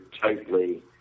tightly